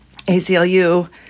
ACLU